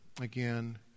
again